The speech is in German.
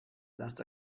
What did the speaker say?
lasst